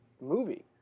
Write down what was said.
movie